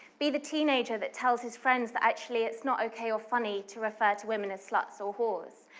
be the teenager that tells his friends that actually it's not okay or funny to refer to women as sluts or whores.